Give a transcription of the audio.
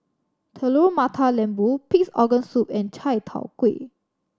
Telur Mata Lembu Pig's Organ Soup and Chai Tow Kuay